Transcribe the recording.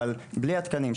אבל בלי התקנים,